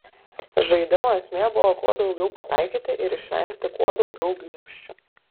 žaidimo esmė buvo kuo daugiau pataikyti ir išvengti kuo daugiau gniūžčių